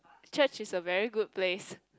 church is a very good place